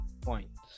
points